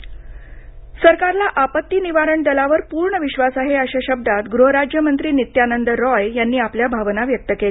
आपत्ती निवारण दल सरकारला आपत्ती निवारण दलावर पूर्ण विश्वास आहे अशा शब्दात गृहराज्यमंत्री नित्यानंद रॉय यांनी आपल्या भावना व्यक्त केल्या